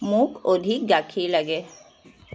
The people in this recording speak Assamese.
মোক অধিক গাখীৰ লাগে